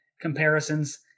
comparisons